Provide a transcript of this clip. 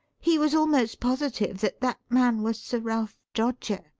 he was almost positive that that man was sir ralph droger.